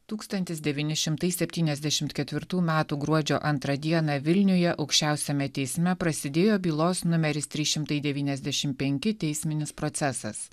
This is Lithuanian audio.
tūktantis devyni šimtai septyniasdešimt ketvirtų metų gruodžio antrą dieną vilniuje aukščiausiame teisme prasidėjo bylos numeris trys šimtai devyniasdešim penki teisminis procesas